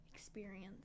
experience